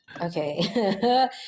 okay